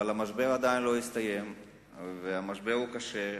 אבל המשבר עדיין לא הסתיים והוא קשה.